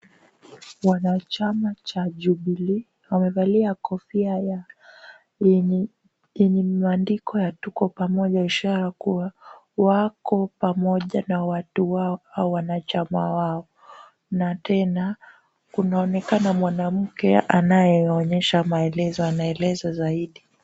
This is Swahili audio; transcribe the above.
Wanachama cha jubilee wamevalia kofia yenye imeandikwa tuko pamoja ishara kuwa wako pamoja na watu wao au wanachama wao na tena kunaonekana mwanamke anayeonyesha maelezo, anaeleza zaidi.